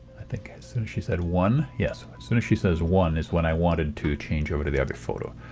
i think, as soon as she says one? yes, as soon as she says one is when i wanted to change over to the other photo.